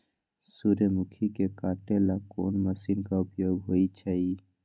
सूर्यमुखी के काटे ला कोंन मशीन के उपयोग होई छइ?